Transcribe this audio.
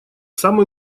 самый